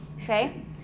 Okay